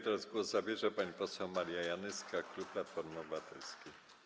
Teraz głos zabierze pani poseł Maria Janyska, klub Platformy Obywatelskiej.